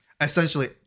essentially